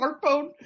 smartphone